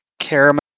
caramel